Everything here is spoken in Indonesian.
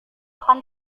akan